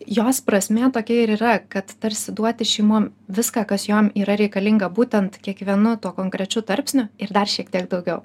jos prasmė tokia ir yra kad tarsi duoti šeimom viską kas jom yra reikalinga būtent kiekvienu tuo konkrečiu tarpsniu ir dar šiek tiek daugiau